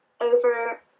over